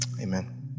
Amen